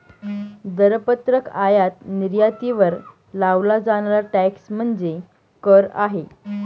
दरपत्रक आयात निर्यातीवर लावला जाणारा टॅक्स म्हणजे कर आहे